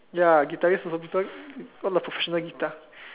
ya guitarist also people own a professional guitar